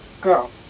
girl